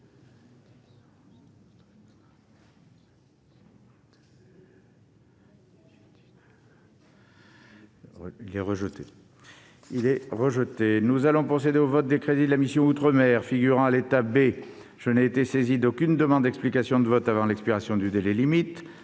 autant. Nous allons procéder au vote des crédits de la mission « Défense », figurant à l'état B. Je n'ai été saisi d'aucune demande d'explication de vote avant l'expiration du délai limite.